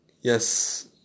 yes